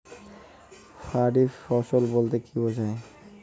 খারিফ ফসল বলতে কী বোঝায়?